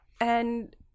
And-